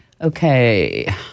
Okay